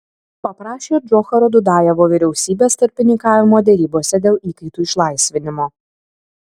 paprašė džocharo dudajevo vyriausybės tarpininkavimo derybose dėl įkaitų išlaisvinimo